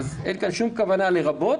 אין כאן שום כוונה לרבות